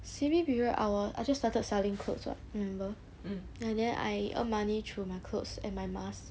C_B period I was I just started selling clothes [what] remember ya then I earn money through my clothes and my mask